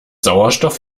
sauerstoff